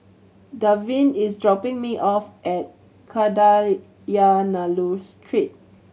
Davin is dropping me off at Kadayanallur Street